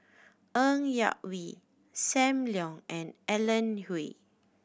Ng Yak Whee Sam Leong and Alan Oei